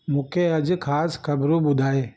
मूंखे अॼु ख़ासि ख़बरूं ॿुधाए